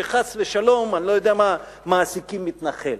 שחס ושלום, אני לא יודע מה, מעסיקים מתנחל.